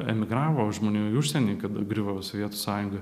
emigravo žmonių į užsienį kada griuvo sovietų sąjunga